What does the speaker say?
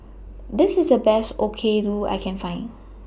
This IS The Best Okayu I Can Find